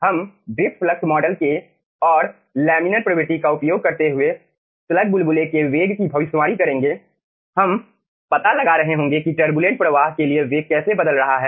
हम drift flux model और laminar प्रवृत्ति का उपयोग करते हुए स्लग बुलबुले के वेग की भविष्यवाणी करेंगे हम पता लगा रहे होंगे कि टरबुलेंट प्रवाह के लिए वेग कैसे बदल रहा है